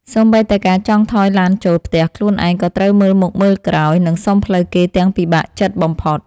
សូម្បីតែការចង់ថយឡានចូលផ្ទះខ្លួនឯងក៏ត្រូវមើលមុខមើលក្រោយ និងសុំផ្លូវគេទាំងពិបាកចិត្តបំផុត។